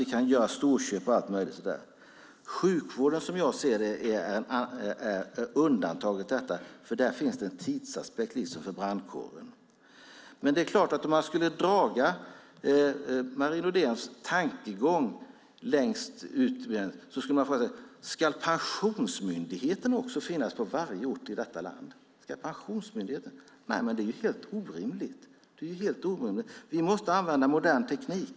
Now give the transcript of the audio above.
Vi kan göra storköp och allt möjligt. Sjukvården är, som jag ser det, undantaget detta. Där, liksom för brandkåren, finns en tidsaspekt. Om man skulle dra Marie Nordéns tankegång längst ut kan man fråga sig om också Pensionsmyndigheten ska finnas på varje ort i detta land. Det är helt orimligt. Vi måste använda modern teknik.